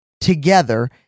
together